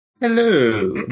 Hello